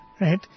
right